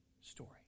story